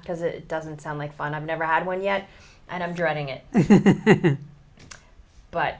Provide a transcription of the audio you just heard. because it doesn't sound like fun i've never had one yet and i'm dreading it but